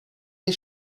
dès